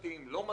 לא מתאים,